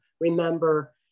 remember